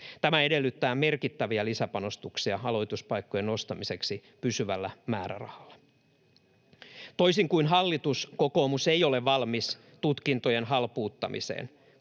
Tämä edellyttää merkittäviä lisäpanostuksia aloituspaikkojen nostamiseksi pysyvällä määrärahalla. Toisin kuin hallitus, kokoomus ei ole valmis tutkintojen halpuuttamiseen.